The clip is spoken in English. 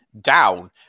down